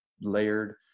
layered